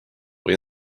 või